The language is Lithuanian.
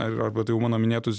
ar arba tai jau mano minėtus